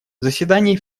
заседаний